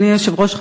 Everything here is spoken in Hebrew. אדוני היושב-ראש,